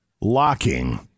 locking